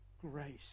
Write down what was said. grace